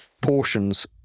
portions